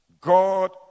God